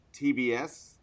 TBS –